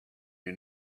you